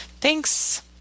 Thanks